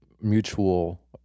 mutual